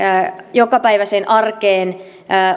jokapäiväiseen arkeen